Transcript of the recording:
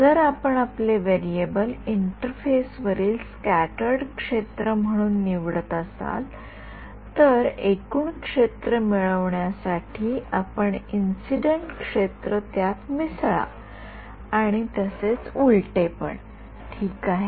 जर आपण आपले व्हेरिएबल इंटरफेसवरील स्क्याटर्ड क्षेत्र म्हणून निवडत असाल तर एकूण क्षेत्र मिळविण्यासाठी आपण इंसिडेन्ट क्षेत्र त्यात मिसळा आणि तसेच उलटे पण ठीक आहे